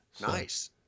nice